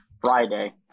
Friday